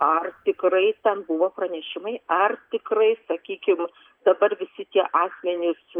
ar tikrai ten buvo pranešimai ar tikrai sakykim dabar visi tie asmenys